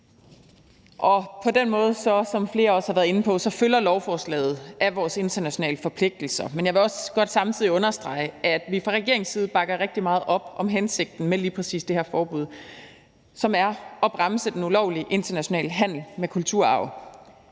Og på den måde følger lovforslaget af vores internationale forpligtelser, som flere også har været inde på. Men jeg vil også godt samtidig understrege, at vi fra regeringens side bakker rigtig meget op om hensigten med lige præcis det her forbud, som er at bremse den ulovlige internationale handel med kulturarv.